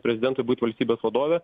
prezidentui būt valstybės vadove